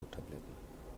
jodtabletten